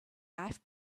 life